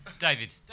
David